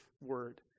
Word